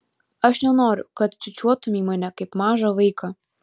aš nenoriu kad čiūčiuotumei mane kaip mažą vaiką